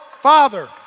Father